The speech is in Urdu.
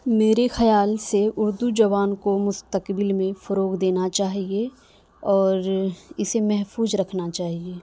میرے خیال سے اردو زبان کو مستقبل میں فروغ دینا چاہیے اور اسے محفوظ رکھنا چاہیے